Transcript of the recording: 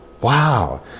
wow